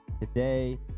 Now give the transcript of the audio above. today